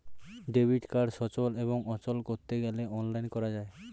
debit card সচল এবং অচল করতে গেলে অনলাইন করা যায়